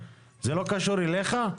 זה לא קשור אליך?